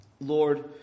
Lord